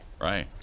Right